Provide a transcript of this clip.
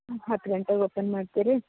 ಹತ್ತು ಗಂಟೆಗೆ ಓಪನ್ ಮಾಡ್ತೀರಿ